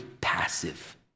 passive